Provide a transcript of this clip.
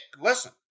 Listen